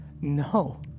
No